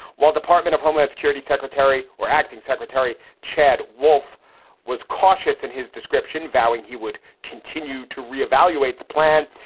while department of homeland security secretary or acting secretary chad wolf was cautious in his description, vowing he would continue to reevaluate the plan,